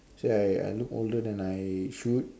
say I I look older than I should